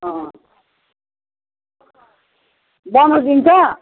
अँ बोनस दिन्छ